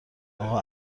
اقا